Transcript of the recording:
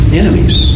enemies